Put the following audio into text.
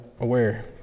aware